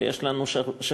ויש לנו שגרירים,